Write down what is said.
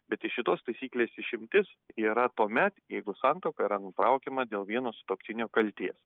bet iš šitos taisyklės išimtis yra tuomet jeigu santuoka yra nutraukiama dėl vieno sutuoktinio kaltės